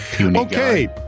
Okay